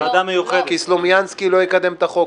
כי סלומינסקי לא יקדם את החוק.